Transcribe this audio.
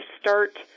start